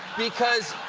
because